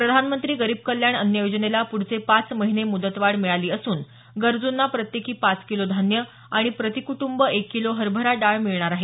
प्रधानमंत्री गरीब कल्याण अन्न योजनेला पुढचे पाच महिने मुदतवाढ मिळाली असून गरजूंना प्रत्येकी पाच किलो धान्य आणि प्रतिकृटंब एक किलो हरभरा डाळ मिळणार आहे